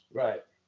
right